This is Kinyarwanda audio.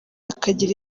akagira